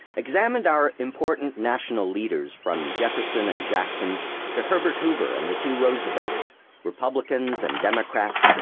examined our important national leaders, from jefferson and jackson to herbert hoover and the two roosevelts republicans and democrats,